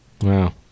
Wow